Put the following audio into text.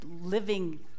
living